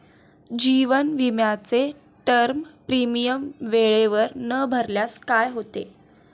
जीवन विमाचे term premium वेळेवर न भरल्यास काय होते?